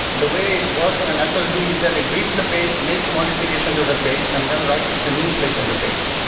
the way it works on an ssd is that it reads the page, makes the modification to that page and then writes it to a new place in the page.